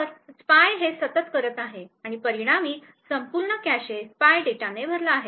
तर स्पाय हे सतत करत आहे आणि परिणामी संपूर्ण कॅशे स्पाय डेटाने भरलेले आहे